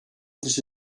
this